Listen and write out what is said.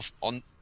on